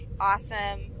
awesome